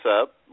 up